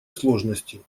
сложности